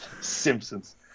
Simpsons